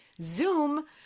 Zoom